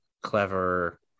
clever